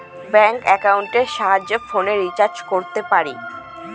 bank একাউন্টের সাহায্যে ফোনের রিচার্জ করতে পারি